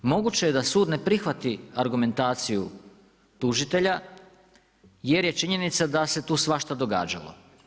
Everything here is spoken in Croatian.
Moguće je da sud ne prihvati argumentaciju tužitelja, jer je činjenica da se tu svašta događalo.